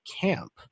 camp